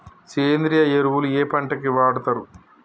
సేంద్రీయ ఎరువులు ఏ పంట కి వాడుతరు?